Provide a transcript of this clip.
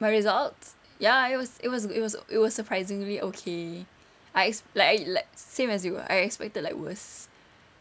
my results ya it was it was it was it was surprisingly okay I exp~ like I like same as you ah I expected like worse